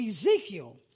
Ezekiel